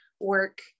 work